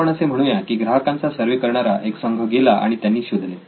आपण असे म्हणूया की ग्राहकांचा सर्व्हे करणारा एक संघ गेला आणि त्यांनी शोधले